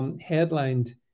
Headlined